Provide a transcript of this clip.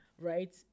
right